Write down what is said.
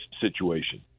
situation